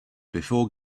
before